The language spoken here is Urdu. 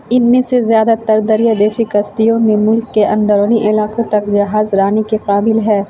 ان میں سے زیادہ تر دریا دیسی کشتیوں میں ملک کے اندرونی علاقوں تک جہازرانی کے قابل ہے